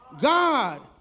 God